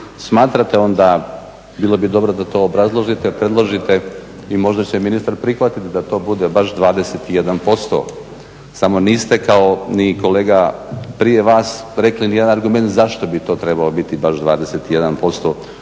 smatrate onda bilo bi dobro da to obrazložite, predložite i možda će ministar prihvatiti da to bude baš 21% samo niste kao ni kolega prije vas rekli ni jedan argument zašto bi to trebalo biti baš 21%.